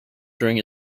during